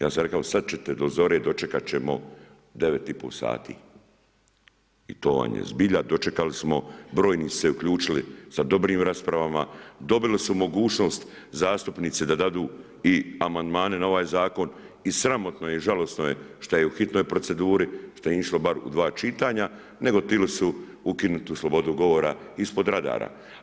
Ja sam rekao sada ćete do zore dočekat ćemo 9,5 sati i to vam je zbilja, dočekali smo, brojni su se uključili sa dobrim raspravama, dobili su mogućnost zastupnici da dadu i amandmane na ovaj zakon i sramotno je i žalosno je šta je u hitnoj proceduri što nije išlo bar u dva čitanja nego tili su ukinut tu slobodu govora ispod radara.